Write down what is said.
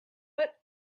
but